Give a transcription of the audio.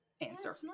answer